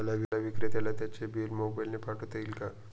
मला विक्रेत्याला त्याचे बिल मोबाईलने पाठवता येईल का?